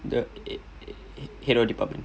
the he~ head of department